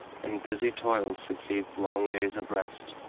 and busy toil succeeds long days of rest.